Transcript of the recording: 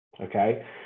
okay